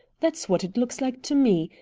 that's what it looks like to me.